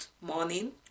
morning